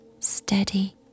Steady